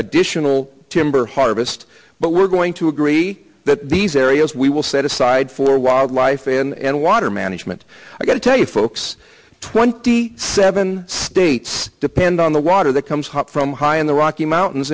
additional timber harvest but we're going to agree that these areas we will set aside for wildlife and water management i got to tell you folks twenty seven states depend on the water that comes hot from high in the rocky mountains